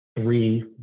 three